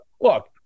Look